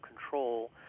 control